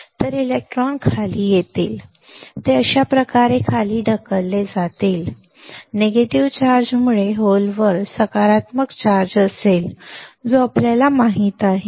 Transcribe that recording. तर इलेक्ट्रॉन खाली येतील ते अशा प्रकारे खाली ढकलले जातील आणि नकारात्मक चार्जमुळे होलवर सकारात्मक चार्ज असेल जो आपल्याला माहित आहे